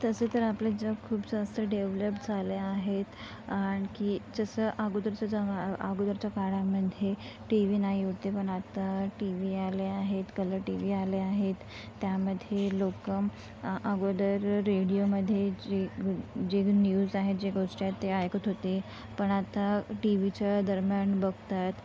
तसे तर आपले जग खूप जास्त डेव्हलप झाले आहे आणखी जसं अगोदरचं अगोदरच्या काळामध्ये टी व्ही नाही होते पण आता टी व्ही आले आहेत कलर टी व्ही आले आहेत त्यामध्ये लोकं अगोदर रेडिओमध्ये जे जे न्यूज आहे जे गोष्ट आहेत ते ऐकत होते पण आता टी व्हीच्या दरम्यान बघतात